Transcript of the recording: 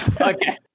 okay